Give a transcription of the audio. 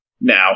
now